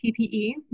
PPE